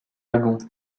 wagons